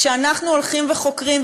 כשאנחנו הולכים וחוקרים,